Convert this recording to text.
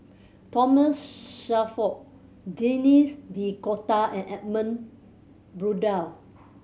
Thomas Shelford Denis D'Cotta and Edmund Blundell